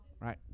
Right